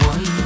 One